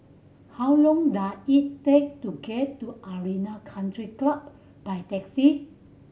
how long does it take to get to Arena Country Club by taxi